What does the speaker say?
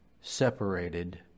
Separated